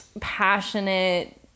passionate